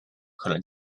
可能